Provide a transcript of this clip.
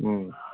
ꯎꯝ